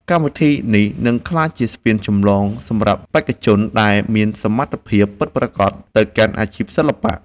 កម្មវិធីនេះនឹងក្លាយជាស្ពានចម្លងសម្រាប់បេក្ខជនដែលមានសមត្ថភាពពិតប្រាកដទៅកាន់អាជីពសិល្បៈ។